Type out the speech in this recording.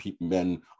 men